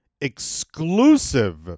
exclusive